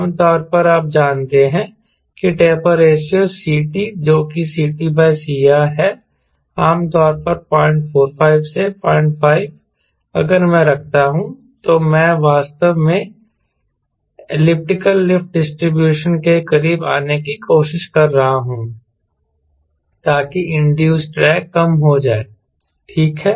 आमतौर पर आप जानते हैं कि टेपर रेशों Ct जो कि ctcR है आम तौर पर 045 से 05 अगर मैं रखता हूं तो मैं वास्तव में एलिप्टिकल लिफ्ट डिस्ट्रीब्यूशन के करीब आने की कोशिश कर रहा हूं ताकि इंड्यूस्ड ड्रैग कम हो जाए ठीक है